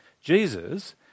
Jesus